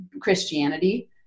Christianity